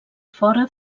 fora